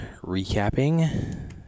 recapping